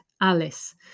Alice